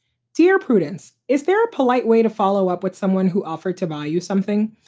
dear prudence, is there a polite way to follow up with someone who offered to buy you something?